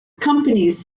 companies